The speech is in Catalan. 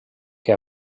que